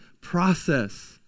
process